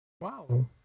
Wow